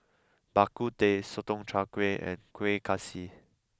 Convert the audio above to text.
Bak Kut Teh Sotong Char Kway and Kueh Kaswi